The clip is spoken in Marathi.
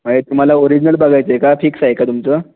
म्हणजे तुम्हाला ओरिजनल बघायचे आहे का फिक्स आहे का तुमचं